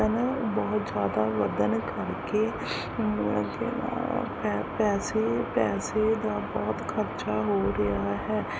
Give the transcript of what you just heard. ਬਹੁਤ ਜ਼ਿਆਦਾ ਵਧਣ ਕਰਕੇ ਪੈ ਪੈਸੇ ਪੈਸੇ ਦਾ ਬਹੁਤ ਖਰਚਾ ਹੋ ਰਿਹਾ ਹੈ